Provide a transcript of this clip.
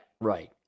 Right